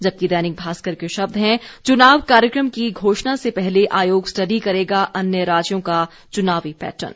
जबकि दैनिक भास्कर के शब्द हैं चुनाव कार्यक्रम की घोषणा से पहले आयोग स्टडी करेगा अन्य राज्यों का चुनावी पैटर्न